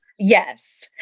Yes